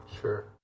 Sure